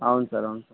అవును సార్ అవును సార్